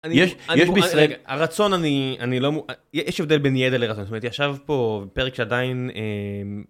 יש בישראל... הרצון אני אני לא מוכן יש הבדל בין ידע לרצון, זאת אומרת ישב פה בפרק שעדיין.